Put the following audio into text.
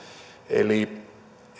eli